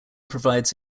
provides